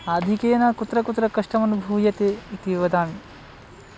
आधिक्येन कुत्र कुत्र कष्टमनुभूयते इति वदामि